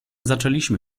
zaczęliśmy